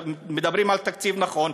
אם מדברים על תקציב נכון,